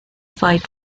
fight